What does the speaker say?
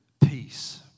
peace